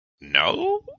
no